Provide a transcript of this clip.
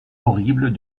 horribles